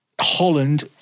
Holland